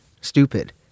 stupid